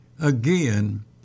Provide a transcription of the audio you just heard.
again